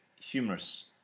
humorous